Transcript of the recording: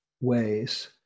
ways